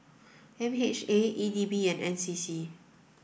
M H A E D B and N C C